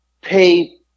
pay